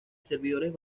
servidores